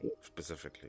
specifically